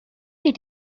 did